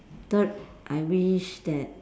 third I wish that